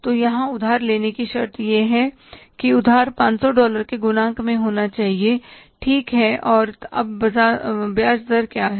तो यहां उधार लेने की शर्त यह है कि उधार 500 डॉलर के गुणांक में होना चाहिए ठीक है और अब ब्याज दर क्या है